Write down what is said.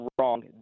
wrong